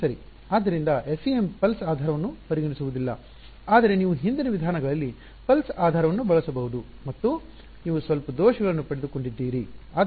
ಆದ್ದರಿಂದ FEM ನಾಡಿಪಲ್ಸ್ ಆಧಾರವನ್ನು ಪರಿಗಣಿಸುವುದಿಲ್ಲ ಆದರೆ ನೀವು ಹಿಂದಿನ ವಿಧಾನಗಳಲ್ಲಿ ನಾಡಿಪಲ್ಸ್ ಆಧಾರವನ್ನು ಬಳಸಬಹುದು ಮತ್ತು ನೀವು ಸ್ವಲ್ಪ ದೋಷಗಳನ್ನು ಪಡೆದುಕೊಂಡಿದ್ದೀರಿ